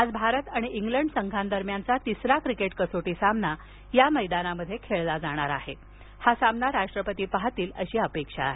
आज भारत आणि इंग्लंड संघांदरम्यानचा तिसरा क्रिकेट कसोटी सामना या मैदानात खेळला जाणार आहे हा सामना राष्ट्रपती पाहतील अशी अपेक्षा आहे